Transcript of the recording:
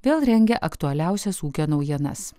vėl rengia aktualiausias ūkio naujienas